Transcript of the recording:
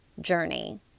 journey